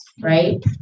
right